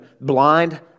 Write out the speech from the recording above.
blind